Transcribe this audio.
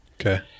Okay